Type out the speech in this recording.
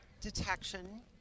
detection